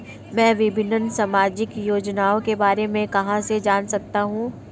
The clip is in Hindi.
मैं विभिन्न सामाजिक योजनाओं के बारे में कहां से जान सकता हूं?